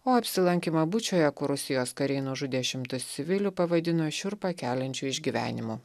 o apsilankymą bučioje kur rusijos kariai nužudė šimtus civilių pavadino šiurpą keliančiu išgyvenimu